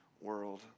world